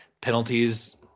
Penalties